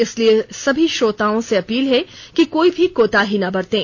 इसलिए सभी श्रोताओं से अपील है कि कोई भी कोताही ना बरतें